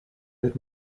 wird